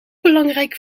belangrijk